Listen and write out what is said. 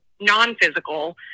non-physical